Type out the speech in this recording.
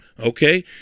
Okay